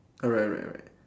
alright alright alright